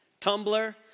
Tumblr